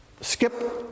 Skip